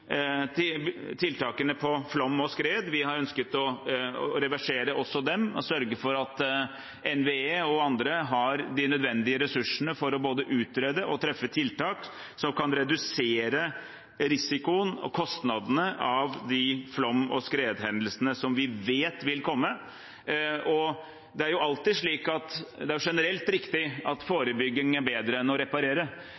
tiltakene mot flom og skred. Vi har ønsket å reversere også dem og sørge for at NVE og andre har de nødvendige ressursene for å både utrede og treffe tiltak som kan redusere risikoen og kostnadene ved flom- og skredhendelser, som vi vet vil komme. Det er generelt riktig at forebygging er bedre enn å reparere, men ofte er problemet at